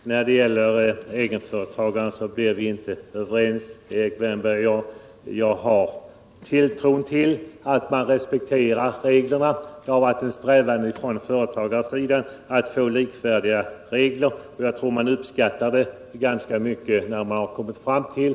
Herr talman! När det gäller egenföretagarna blir Erik Wärnberg och jag aldrig överens. Jag tilltror egenföretagarna vilja att respektera reglerna. Det har hos dem förefunnits en strävan att få likvärdiga regler, och jag tror att de uppskattar vad vi nu har kommit fram till.